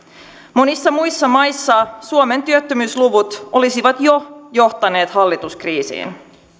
monissa muissa maissa suomen työttömyysluvut olisivat jo johtaneet hallituskriisiin